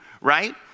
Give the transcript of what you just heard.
right